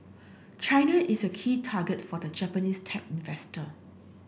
China is a key target for the Japanese tech investor